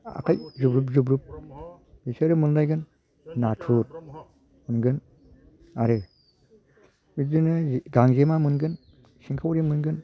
आखाइ जोब्र'ब जोब्र'ब बिसोरो मोनलायगोन नाथुर मोनगोन आरो बिदिनो गांजेमा मोनगोन सिंखावरि मोनगोन